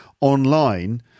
online